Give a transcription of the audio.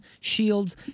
shields